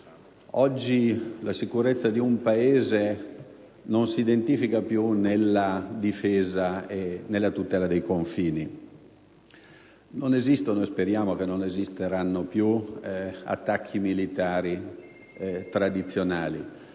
Oggi la sicurezza di un Paese non si identifica più nella difesa e nella tutela dei confini. Non esistono - e speriamo non esisteranno più - attacchi militari tradizionali.